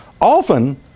often